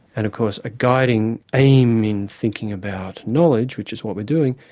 and of course a guiding aim in thinking about knowledge, which is what we're doing,